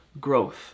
growth